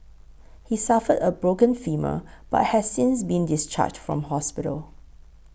he suffered a broken femur but has since been discharged from hospital